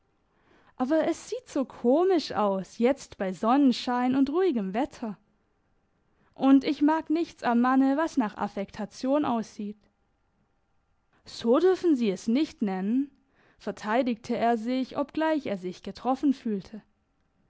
aber es sieht so komisch aus jetzt bei sonnenschein und ruhigem wetter und ich mag nichts am manne was nach affektation aussieht so dürfen sie es nicht nennen verteidigte er sich obgleich er sich getroffen fühlte